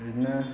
बिदिनो